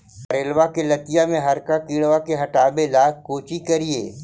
करेलबा के लतिया में हरका किड़बा के हटाबेला कोची करिए?